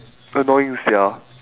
annoying sia